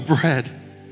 bread